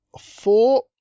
four